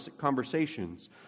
conversations